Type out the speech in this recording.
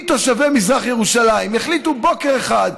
אם תושבי מזרח ירושלים יחליטו בוקר אחד,